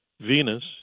Venus